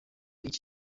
iki